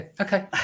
okay